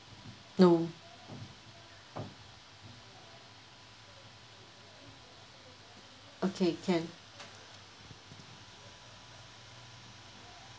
no okay can